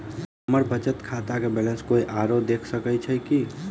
हम्मर बचत खाता केँ बैलेंस कोय आओर देख सकैत अछि की